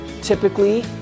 typically